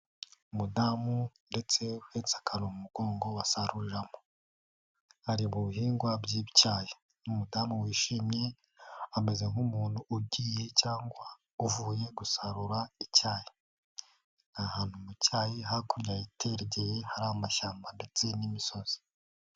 Umudamu ndetse uhetse aka umugongo wasaruriramo. Ari mu bihingwa by'icyayi. Ni umudamu wishimye, ameze nk'umuntu ugiye cyangwa uvuye gusarura icyayi. Ni ahantu mu cyayi, hakurya hitegeye hari amashyamba ndetse n'imisozi.